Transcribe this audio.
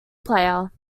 player